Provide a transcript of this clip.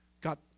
Got